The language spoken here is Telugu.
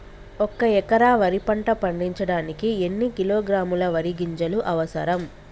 ఒక్క ఎకరా వరి పంట పండించడానికి ఎన్ని కిలోగ్రాముల వరి గింజలు అవసరం?